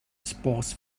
sports